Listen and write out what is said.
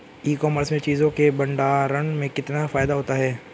ई commerce में चीज़ों के भंडारण में कितना फायदा होता है?